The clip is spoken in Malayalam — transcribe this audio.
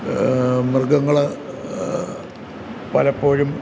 മൃഗങ്ങൾ പലപ്പോഴും